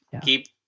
keep